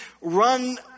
run